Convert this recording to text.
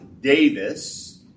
Davis